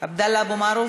עבדאללה אבו מערוף,